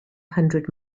hundred